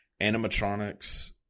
animatronics